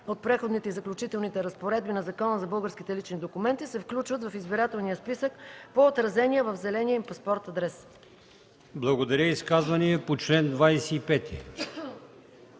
от Преходните и заключителните разпоредби на Закона за българските лични документи, се включват в избирателния списък по отразения в зеления им паспорт адрес.” ПРЕДСЕДАТЕЛ АЛИОСМАН